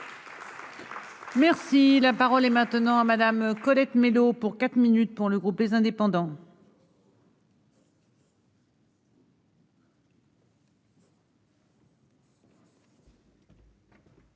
Merci, la parole est maintenant à Madame Colette. Mello pour quatre minutes pour le groupe, les indépendants.